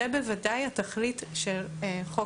זו בוודאי התכלית של חוק המגבלות.